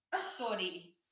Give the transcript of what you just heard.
Sorry